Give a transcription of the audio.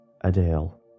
Adele